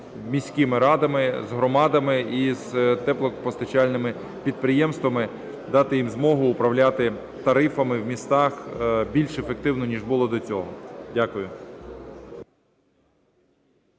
міськими радами, з громадами і з теплопостачальними підприємствами. Дати їм змогу управляти тарифами у містах більш ефективно, ніж було до цього. Дякую.